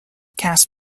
cast